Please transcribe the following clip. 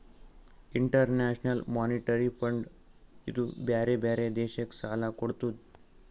international monetary fund ಇದೂ ಬ್ಯಾರೆ ಬ್ಯಾರೆ ದೇಶಕ್ ಸಾಲಾ ಕೊಡ್ತುದ್